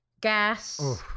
gas